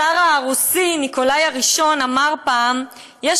הצאר הרוסי ניקולאי הראשון אמר פעם: יש